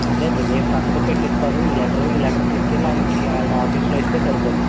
అదేనండి నేను సంతకం పెట్టి ఇస్తాను ఈ లెటరు ఈ లెటరు తీసుకెళ్ళి ఆయనికి ఆయన ఆఫీసులో ఇస్తే సరిపోతుంది